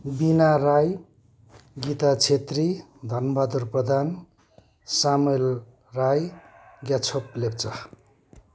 बिना राई गीता छेत्री धनबहादुर प्रधान सामुएल राई ग्याछोप लेप्चा